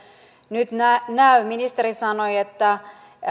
nyt näy ministeri sanoi että